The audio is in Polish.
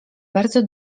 bardzo